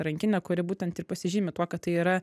rankinė kuri būtent ir pasižymi tuo kad tai yra